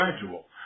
gradual